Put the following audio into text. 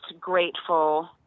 grateful